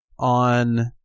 On